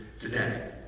today